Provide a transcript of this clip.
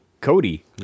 Cody